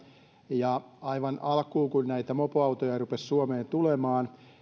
aivan alkuun kun näitä mopoautoja rupesi suomeen tulemaan